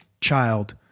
child